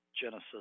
Genesis